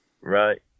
Right